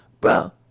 bro